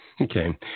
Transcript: Okay